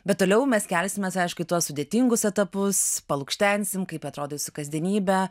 bet toliau mes kelsimes aišku į tuos sudėtingus etapus lukštensim kaip atrodo jūsų kasdienybė